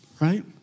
right